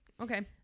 Okay